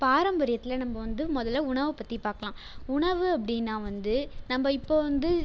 பாரம்பரியத்தில் நம்ம வந்து முதலில் உணவை பற்றி பார்க்கலாம் உணவு அப்படின்னா வந்து நம்ம இப்போது வந்து